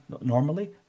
normally